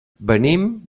venim